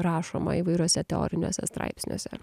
rašoma įvairiuose teoriniuose straipsniuose